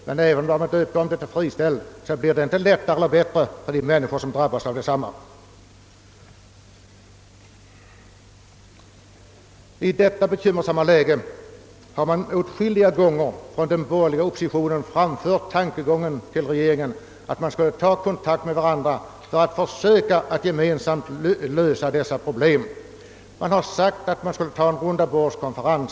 Men även om benämningen ändrats, blir det hela inte bättre för de människor det gäller. I detta bekymmersamma läge har åtskilliga gånger av den borgerliga oppositionen till regeringen framförts den tankegången att man skall ta kontakt för att försöka lösa dessa problem gemensamt, och det har föreslagits en rundabordskonferens.